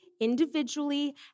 individually